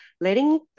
letting